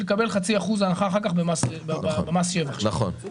לקבל אחר כך חצי אחוז הנחה במס שבח שלו.